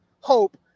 hope